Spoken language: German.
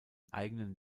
eigenen